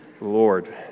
Lord